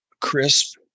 crisp